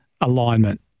alignment